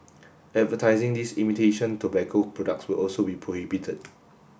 advertising these imitation tobacco products will also be prohibited